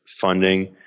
funding